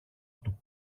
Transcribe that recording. του